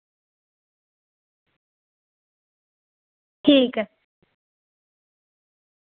ठीक ऐ